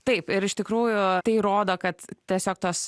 taip ir iš tikrųjų tai rodo kad tiesiog tos